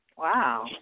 Wow